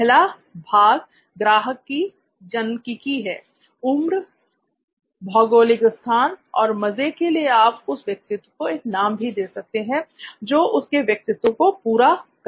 पहला भाग ग्राहक की जनंकिकी है उम्र भौगोलिक स्थान और मजे के लिए आप उस व्यक्तित्व को एक नाम भी दे सकते हैं जो उसके व्यक्तित्व को पूरा कर दें